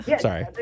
Sorry